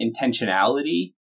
intentionality